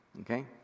okay